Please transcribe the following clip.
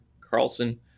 Carlson